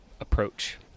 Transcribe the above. approach